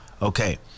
Okay